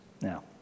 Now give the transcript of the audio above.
Now